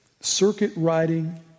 circuit-riding